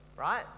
right